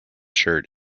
shirt